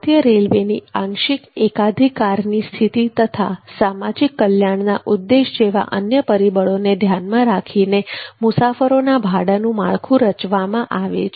ભારતીય રેલવેની આંશિક એકાધિકારની સ્થિતિ તથા સામાજિક કલ્યાણના ઉદ્દેશય જેવા અન્ય પરિબળોને ધ્યાનમાં રાખીને મુસાફરોના ભાડાનું માળખું રચવામાં આવે છે